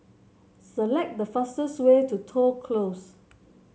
select the fastest way to Toh Close